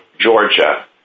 Georgia